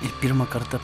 ir pirmą kartą